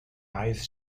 eyes